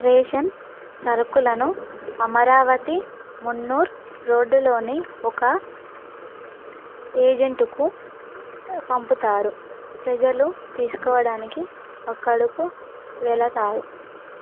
ration సరుకులను అమరావతి మున్నూర్ రోడ్డులోని ఒక ఏజెంటుకు పంపుతారు ప్రజలు తీసుకోవడానికి అక్కడకు వెళతారు